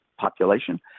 population